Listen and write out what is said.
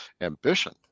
ambition